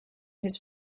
his